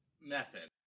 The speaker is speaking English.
method